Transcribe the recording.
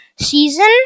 season